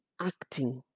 acting